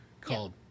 called